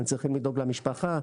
הם צריכים לדאוג למשפחה,